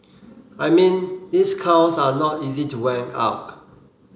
I mean these cows are not easy to out